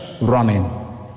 running